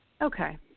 Okay